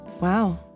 Wow